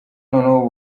noneho